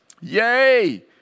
Yay